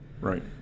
Right